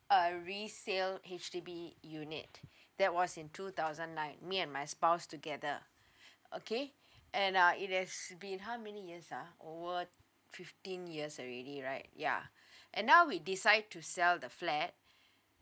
a resale H_D_B unit that was in two thousand nine me and my spouse together okay and uh it has been how many years ah over fifteen years already right ya and now we decide to sell the flat